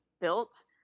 built